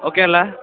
okay ಅಲ್ಲಾ